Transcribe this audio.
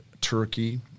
Turkey